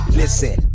listen